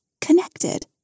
Connected